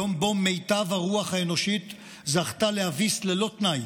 יום שבו מיטב הרוח האנושית זכתה להביס ללא תנאי